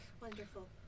wonderful